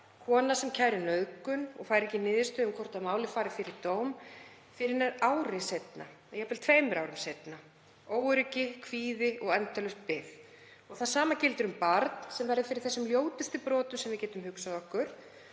Kona sem kærir nauðgun fær ekki niðurstöðu um hvort málið fari fyrir dóm fyrr en ári seinna eða jafnvel tveimur árum seinna. Óöryggi, kvíði og endalaus bið. Það sama gildir um barn sem verður fyrir þeim ljótustu brotum sem við getum hugsað okkur.